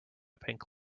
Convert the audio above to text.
pink